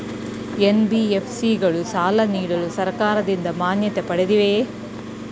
NBFC ಗಳು ಸಾಲ ನೀಡಲು ಸರ್ಕಾರದಿಂದ ಮಾನ್ಯತೆ ಪಡೆದಿವೆಯೇ?